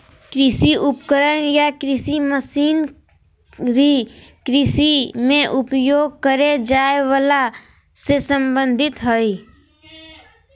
कृषि उपकरण या कृषि मशीनरी कृषि मे उपयोग करे जाए वला से संबंधित हई